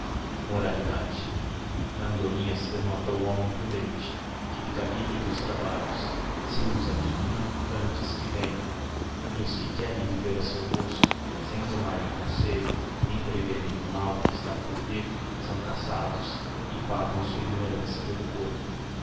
privilegiada na andorinha se denota o liomem prudente que liça livre dos trabalhos se os adivinha antes que venhão e os que querem viver a seu gosto sem tomarem conselho nem preverem o mal que está por vir são caçados e pagão sua ignorância pelo corpo